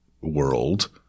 world